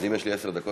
אז אם יש לי עשר דקות,